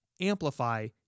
amplify